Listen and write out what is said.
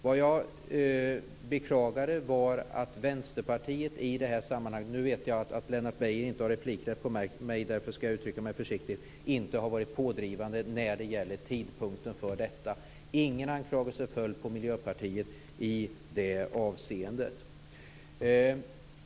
Det jag beklagade var att Vänsterpartiet i det här sammanhanget - jag vet att Lennart Beijer inte har rätt till replik på mig, och därför skall jag uttrycka mig försiktigt - inte har varit pådrivande när det gäller tidpunkten för detta. Ingen anklagelse föll på Miljöpartiet i det avseendet.